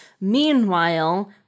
Meanwhile